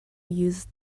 use